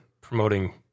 promoting